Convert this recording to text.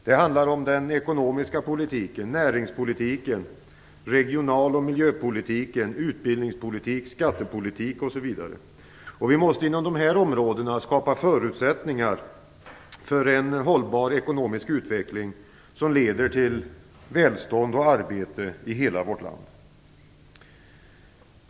Det handlar om den ekonomiska politiken, näringspolitiken, regionalpolitiken, miljöpolitiken, utbildningspolitiken och skattepolitiken osv. Vi måste inom dessa områden skapa förutsättningar för en hållbar ekonomisk utveckling som leder till välstånd och arbete i hela vårt land.